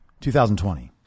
2020